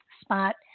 spot